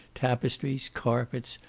tapestries, carpets,